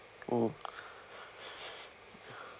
mm